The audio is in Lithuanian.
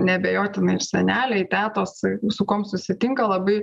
neabejotinai ir seneliai tetos su kuom susitinka labai